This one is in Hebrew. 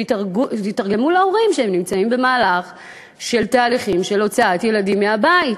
יתרגם להורים שהם נמצאים בתהליכים של הוצאת ילדים מהבית.